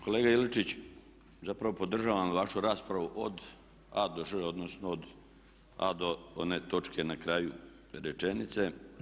Kolega Ilčić, zapravo podržavam vašu raspravu od A-Ž, odnosno od A do one točke na kraju rečenice.